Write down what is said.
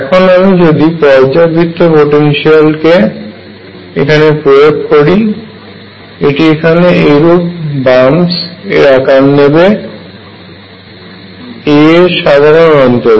এখন আমি যদি পর্যায়বৃত্ত পোটেনশিয়াল কে এখানে প্রয়োগ করি এটি এখানে এইরূপ বাম্পস এর আকার নেবে a এর সাধারণ অন্তরে